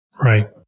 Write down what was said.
Right